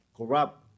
corrupt